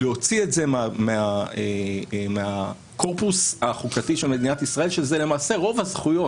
להוציא את זה מהקורפוס החוקתי של מדינת ישראל שזה למעשה רוב הזכויות.